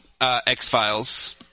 X-Files